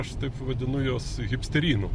aš taip vadinu juos hipsterynu